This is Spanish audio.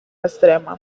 extrema